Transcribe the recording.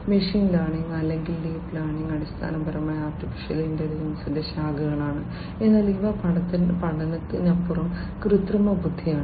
machine learning അല്ലെങ്കിൽ deep learning അടിസ്ഥാനപരമായി artificial ഇന്റലിജൻസിന്റെ ശാഖകളാണ് എന്നാൽ അവ പഠനത്തിനപ്പുറം കൃത്രിമബുദ്ധിയിലാണ്